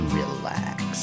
relax